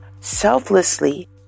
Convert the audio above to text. selflessly